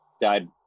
died